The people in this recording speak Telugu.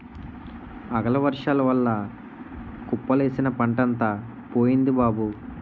అకాలవర్సాల వల్ల కుప్పలేసిన పంటంతా పోయింది బాబూ